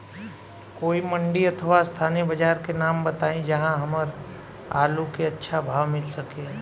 कोई मंडी अथवा स्थानीय बाजार के नाम बताई जहां हमर आलू के अच्छा भाव मिल सके?